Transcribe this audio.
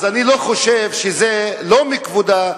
אז אני חושב שזה לא לכבודה,